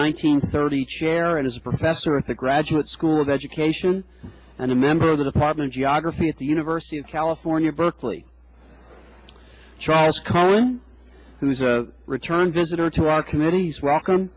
hundred thirty chair and is a professor at the graduate school of education and a member of the department geography at the university of california berkeley charles cullen who is a return visitor to our committee's welcome